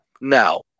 Now